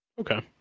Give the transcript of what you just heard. Okay